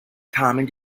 common